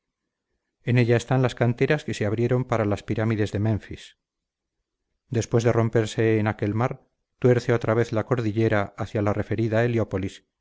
en ella están las canteras que se abrieron para las pirámides de menfis después de romperse en aquel mar tuerce otra vez la cordillera hacia la referida